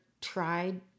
tried